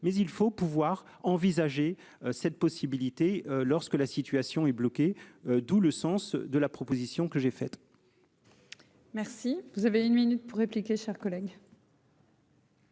mais il faut pouvoir envisager cette possibilité lorsque la situation est bloquée. D'où le sens de la proposition que j'ai fait. Merci, vous avez une minute pour répliquer, chers collègues.